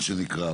מה שנקרא,